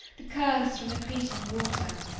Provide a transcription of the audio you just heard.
the curse from the cretan water!